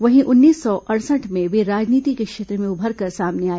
वहीं उन्नीस सौ अड़सठ में वे राजनीति के क्षेत्र में उभरकर सामने आए